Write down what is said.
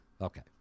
Okay